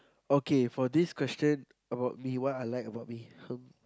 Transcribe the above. okay for this question about me what I like about me um